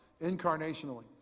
incarnationally